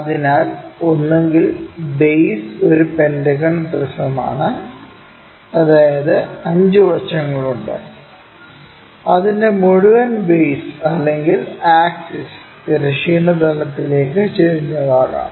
അതിനാൽ ഒന്നുകിൽ ബേസ് ഒരു പെന്റഗോൺ പ്രിസമാണ് അതായത് 5 വശങ്ങളുണ്ട് അതിന്റെ മുഴുവൻ ബേസ് അല്ലെങ്കിൽ ആക്സിസ് തിരശ്ചീന തലത്തിലേക്ക് ചരിഞ്ഞതാകാം